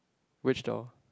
which door